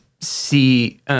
see